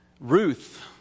Ruth